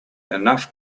enough